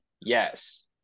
Yes